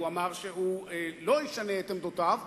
הוא אמר שהוא לא ישנה את עמדותיו,